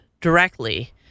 directly